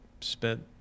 spent